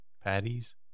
Patties